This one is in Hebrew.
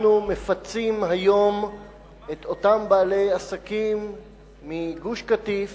אנחנו מפצים היום את אותם בעלי עסקים מגוש-קטיף